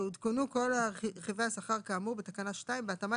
יעודכנו כל רכיבי השכר כאמור בתקנה 2 בהתאמה